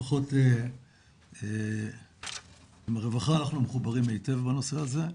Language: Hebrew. לפחות עם הרווחה אנחנו מחוברים היטב בנושא הזה.